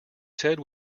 said